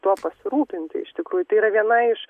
tuo pasirūpinti iš tikrųjų tai yra viena iš